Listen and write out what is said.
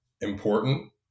important